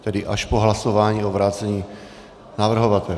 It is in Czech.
Tedy až po hlasování o vrácení navrhovateli.